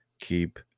keep